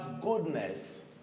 goodness